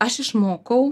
aš išmokau